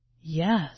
Yes